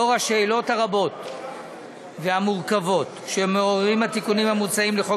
נוכח השאלות הרבות והמורכבות שמעוררים התיקונים המוצעים לחוק